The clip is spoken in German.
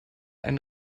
ein